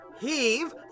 heave